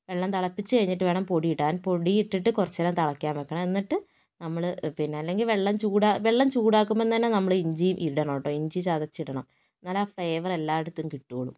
വെള്ളം തിളപ്പിച്ചു കഴിഞ്ഞിട്ട് വേണം പൊടിയിടാന് പൊടിയിട്ടിട്ട് കുറച്ച് നേരം തിളക്കാന് വെക്കണം എന്നിട്ട് നമ്മൾ അല്ലെങ്കില് വെള്ളം ചൂടാ വെള്ളം ചൂടാക്കുമ്പോൾ തന്നെ നമ്മൾ ഇഞ്ചി ഇടണം കേട്ടോ ഇഞ്ചി ചതച്ചിടണം എന്നാലേ ആ ഫ്ലേവർ എല്ലായിടത്തും കിട്ടുകയുള്ളൂ